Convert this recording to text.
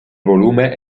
volume